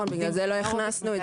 בגלל זה לא הכנסנו את